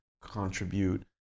contribute